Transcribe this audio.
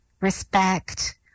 respect